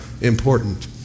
important